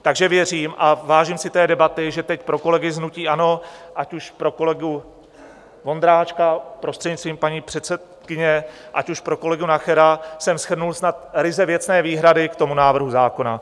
Takže věřím a vážím si té debaty, že teď pro kolegy z hnutí ANO, ať už pro kolegu Vondráčka prostřednictvím paní předsedkyně, ať už pro kolegu Nachera, jsem shrnul snad ryze věcné výhrady k tomu návrhu zákona.